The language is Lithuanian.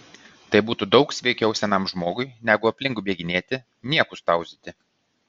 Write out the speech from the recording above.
tai būtų daug sveikiau senam žmogui negu aplinkui bėginėti niekus tauzyti